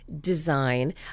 design